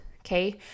okay